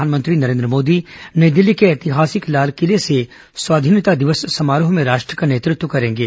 प्रधानमंत्री नरेद्र मोदी नई दिल्ली के ऐतिहासिक लाल किले से स्वाधीनता दिवस समारोह में राष्ट्र का नेतृत्व करेंगे